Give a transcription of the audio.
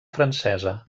francesa